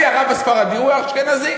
אני הרב הספרדי, הוא האשכנזי.